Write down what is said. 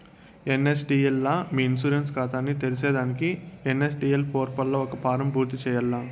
NSDL లా మీ insurance కాతాని తెర్సేదానికి ఎన్.ఎస్.డి.ఎల్ పోర్పల్ల ఒక ఫారం పూర్తి చేయాల్ల